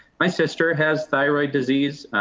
my sister has thyroid disease.